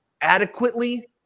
adequately